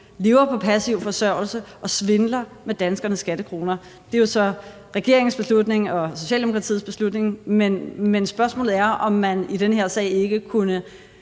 lever på passiv forsørgelse og svindler med danskernes skattekroner. Det er jo så regeringens og Socialdemokratiets beslutning, men spørgsmålet er, om man i den her sag ikke kunne